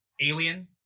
Alien